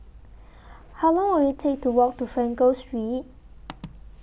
How Long Will IT Take to Walk to Frankel Street